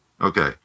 Okay